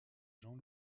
jean